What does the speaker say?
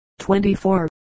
24